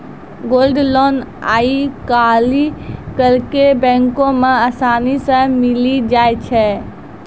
gold loan आइ काल्हि हरेक बैको मे असानी से मिलि जाय छै